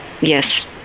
Yes